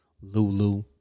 Lulu